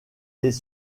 des